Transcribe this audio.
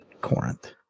Corinth